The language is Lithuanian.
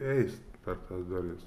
eis per tas duris